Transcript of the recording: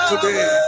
Today